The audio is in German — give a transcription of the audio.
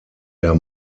der